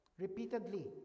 Repeatedly